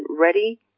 ready